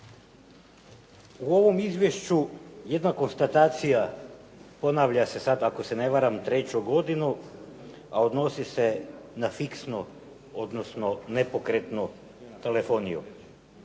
U ovom izvješću jedna konstatacija ponavlja se, sad ako se ne varam, treću godinu, a odnosi se na fiksnu odnosno nepokretnu telefoniju.